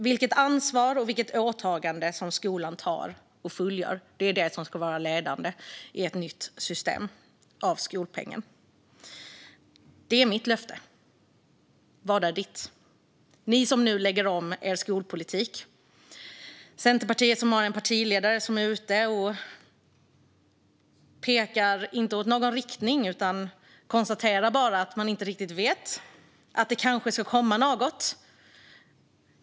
Vilket ansvar och vilket åtagande skolan tar och fullföljer ska vara ledande för ett nytt system för skolpengen. Det är mitt löfte. Vilket är ert? Centerpartiet lägger nu om sin skolpolitik, men partiledaren pekar inte ut någon riktning utan konstaterar bara att man inte riktigt vet men att det kanske kommer något.